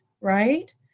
right